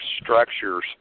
structures